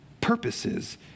purposes